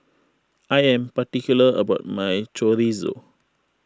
I am particular about my Chorizo